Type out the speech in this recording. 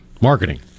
marketing